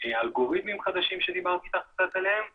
אלגוריתמים חדשים שדיברתי איתך עליהם קצת,